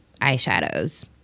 eyeshadows